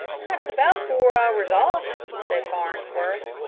that's about four hours off, said farnsworth.